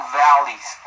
valleys